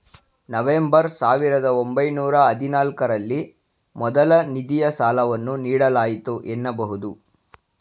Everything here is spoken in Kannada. ನವೆಂಬರ್ ಸಾವಿರದ ಒಂಬೈನೂರ ಹದಿನಾಲ್ಕು ರಲ್ಲಿ ಮೊದಲ ನಿಧಿಯ ಸಾಲವನ್ನು ನೀಡಲಾಯಿತು ಎನ್ನಬಹುದು